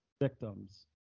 victims